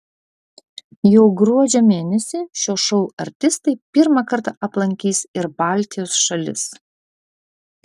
jau gruodžio mėnesį šio šou artistai pirmą kartą aplankys ir baltijos šalis